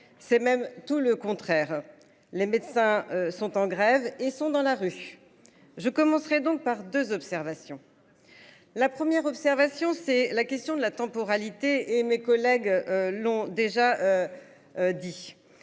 C'est même tout le contraire. Les médecins sont en grève, ils sont dans la rue. Je donc par 2 observations. La première observation, c'est la question de la temporalité et mes collègues. L'ont déjà. Dit.